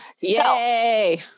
Yay